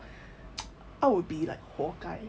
I would be like 活该